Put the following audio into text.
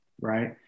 right